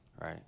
right